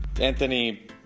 Anthony